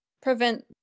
prevent